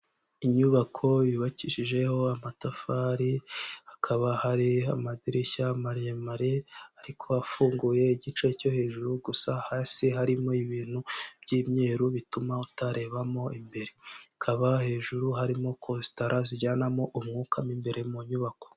Inyubako yubakishijeho amatafari, hakaba hari amadirishya maremare ariko afunguye igice cyo hejuru gusa, hasi harimo ibintu by'imyeru bituma utarebamo imbere, hakaba hejuru harimo kositara zijyanamo umwuka mu imbere mu nyubako.